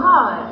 God